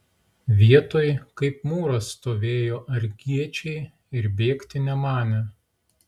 vietoj kaip mūras stovėjo argiečiai ir bėgti nemanė